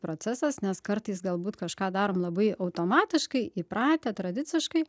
procesas nes kartais galbūt kažką darom labai automatiškai įpratę tradiciškai